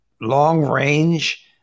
long-range